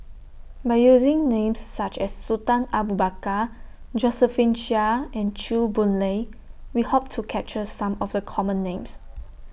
By using Names such as Sultan Abu Bakar Josephine Chia and Chew Boon Lay We Hope to capture Some of The Common Names